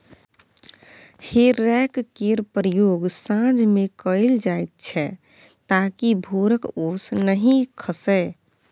हे रैक केर प्रयोग साँझ मे कएल जाइत छै ताकि भोरक ओस नहि खसय